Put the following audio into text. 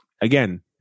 again